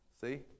See